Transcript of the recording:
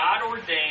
God-ordained